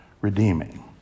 redeeming